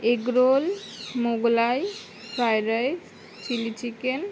egg roll Mughlai fried rice chilli chicken